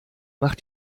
mach